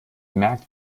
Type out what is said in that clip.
merkt